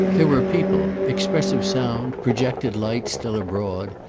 there were people, expressive sound, projected light, still abroad,